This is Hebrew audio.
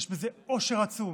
יש בזה אושר עצום.